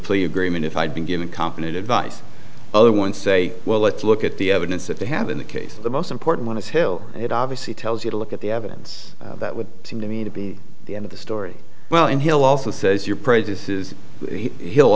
plea agreement if i had been given company to advise other one say well let's look at the evidence that they have in the case of the most important to kill it obviously tells you to look at the evidence that would seem to me to be the end of the story well and he'll also says your prejudice is he'll